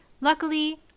Luckily